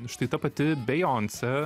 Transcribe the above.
štai ta pati beyonce